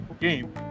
game